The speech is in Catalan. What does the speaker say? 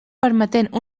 permetent